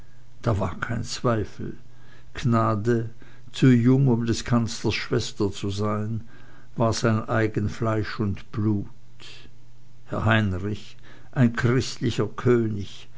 da war kein zweifel gnade zu jung um des kanzlers schwester zu sein war sein eigen fleisch und blut herr heinrich ein christlicher könig